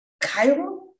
Cairo